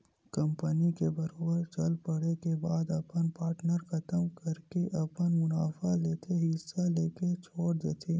company के बरोबर चल पड़े के बाद अपन पार्टनर खतम करके अपन मुनाफा लेके हिस्सा लेके छोड़ देथे